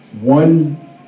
one